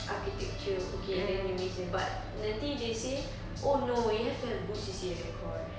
architecture okay then you major but nanti they say oh no you have to have good C_C_A record